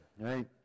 right